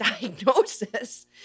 diagnosis